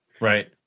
Right